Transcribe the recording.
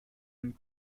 and